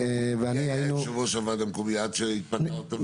מי היה יושב-ראש הוועד המקומי עד שהתפטרת?